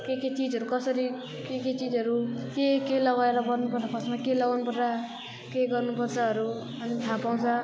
के के चिजहरू कसरी के के चिजहरू के के लगाएर बनाउनुपर्छ फर्स्टमा के लगाउनुपर्छ के गर्नुपर्छहरू अनि थाहा पाउँछ